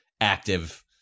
active